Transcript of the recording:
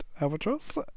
albatross